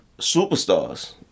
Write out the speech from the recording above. superstars